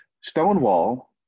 Stonewall